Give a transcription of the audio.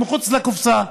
מחוץ לקופסה,